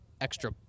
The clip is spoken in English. extra